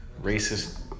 racist